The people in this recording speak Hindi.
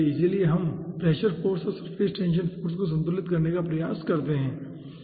इसलिए हम प्रेशर फाॅर्स और सरफेस टेंशन फाॅर्स को संतुलित करने का प्रयास करेंगे